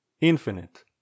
infinite